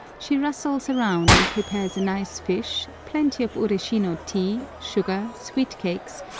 she rustles around and prepares a nice fish, plenty of ureshino tea, sugar, sweet-cakes,